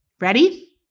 Ready